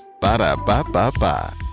Ba-da-ba-ba-ba